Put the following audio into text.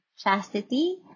chastity